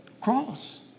cross